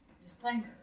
disclaimer